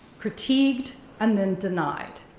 critiqued, and then denied.